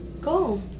go